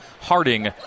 Harding